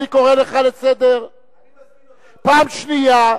אני קורא לך לסדר פעם שנייה.